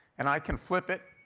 and i can flip it.